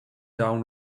down